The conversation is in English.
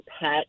pet